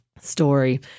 story